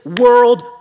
world